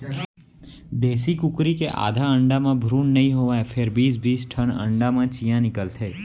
देसी कुकरी के आधा अंडा म भ्रून नइ होवय फेर बीस बीस ठन अंडा म चियॉं निकलथे